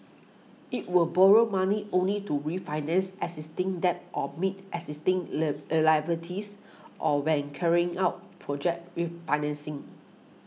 it will borrow money only to refinance existing debt or meet existing liabilities or when carrying out project refinancing